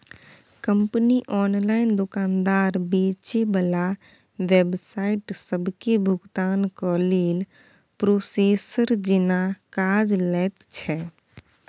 company online दोकानदार, बेचे बला वेबसाइट सबके भुगतानक लेल प्रोसेसर जेना काज लैत छै